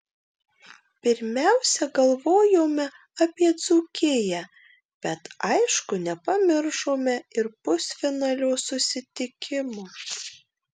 pirmiausia galvojome apie dzūkiją bet aišku nepamiršome ir pusfinalio susitikimo